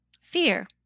fear